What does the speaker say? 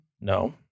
No